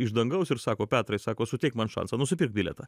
iš dangaus ir sako petrai sako suteik man šansą nusipirk bilietą